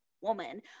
Woman